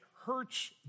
hurts